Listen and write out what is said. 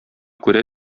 күрә